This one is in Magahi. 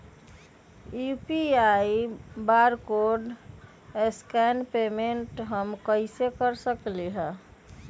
यू.पी.आई बारकोड स्कैन पेमेंट हम कईसे कर सकली ह?